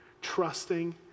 trusting